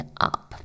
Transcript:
up